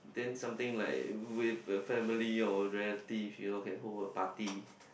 then something like with the family or relative you know can hold apart